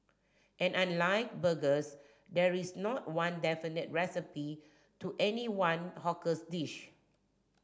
and unlike burgers there is not one definitive recipe to any one hawkers dish